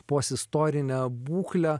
posistorinę būklę